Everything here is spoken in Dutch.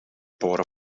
boren